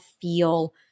feel